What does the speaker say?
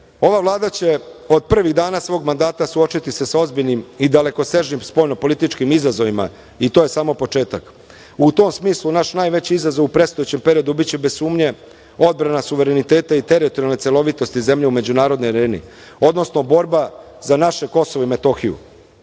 Vlada će od prvih dana svog mandata suočiti se sa ozbiljnim i dalekosežnim spoljno-političkim izazovima i to je samo početak. U tom smislu, naš najveći izazov u predstojećem periodu biće bez sumnje odbrana suvereniteta i teritorijalne celovitosti zemlje u međunarodnoj areni, odnosno borba za naše Kosovo i Metohiju. Ovih